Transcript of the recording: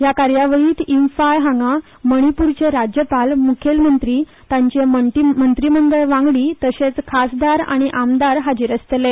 ह्या कार्यावळीत इफाळ हांगा मणिपूरचे राज्यपाल मुखेलमंत्री तांचे मंत्रीमंडळ वांगडी तशेच खासदार आनी आमदार हाजिर आसतले